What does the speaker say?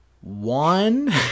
one